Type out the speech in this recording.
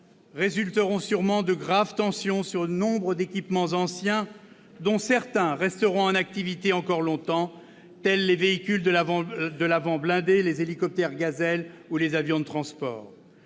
résulteront sûrement de graves tensions sur nombre d'équipements anciens, dont certains resteront en activité encore longtemps, tels les véhicules de l'avant blindé, les hélicoptères Gazelle ou les avions de transport.